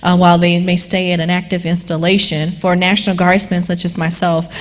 ah while they and may stay in an active installation, for national guardsmen such as myself,